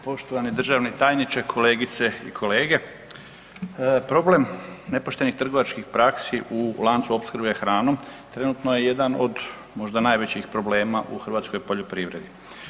poštovani državni tajniče, kolegice i kolege, problem nepoštenih trgovačkih praksi u lancu opskrbe hranom trenutno je jedan od možda najvećih problema u hrvatskoj poljoprivredi.